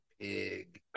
pig